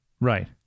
Right